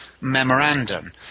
memorandum